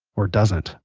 or doesn't